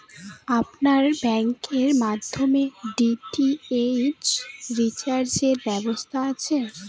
আপনার ব্যাংকের মাধ্যমে ডি.টি.এইচ রিচার্জের ব্যবস্থা আছে?